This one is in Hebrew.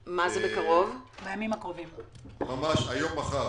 בקרוב, היום או מחר.